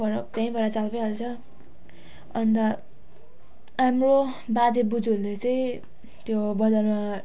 फरक त्यहीँबाट चालपाइ हाल्छ अन्त हाम्रो बाजे बोजूहरूले चाहिँ त्यो बजारमा